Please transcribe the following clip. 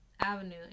Avenue